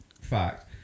fact